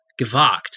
gewagt